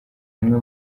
umwe